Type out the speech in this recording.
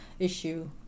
issue